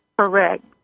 Correct